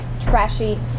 trashy